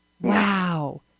Wow